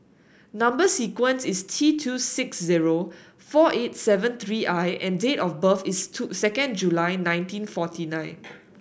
number sequence is T two six zero four eight seven three I and date of birth is two second July nineteen forty nine